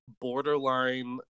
borderline